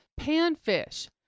panfish